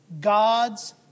God's